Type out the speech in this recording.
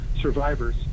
survivors